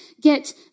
get